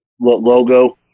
logo